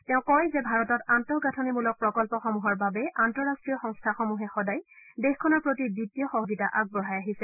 তেওঁ লগতে কয় যে ভাৰতত আন্তঃগাঁথনিমূলক প্ৰকল্পসমূহৰ বাবে আন্তঃৰাষ্ট্ৰীয় সংস্থাসমূহে সদায় দেশখনৰ প্ৰতি বিত্তীয় সহযোগিতা আগবঢ়াই আহিছে